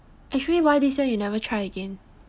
actually why this year you never try again